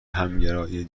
همگرای